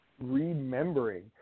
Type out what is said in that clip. remembering